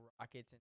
rockets